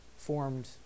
Formed